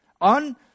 on